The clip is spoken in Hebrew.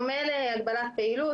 בדומה להגבלת פעילות,